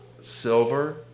silver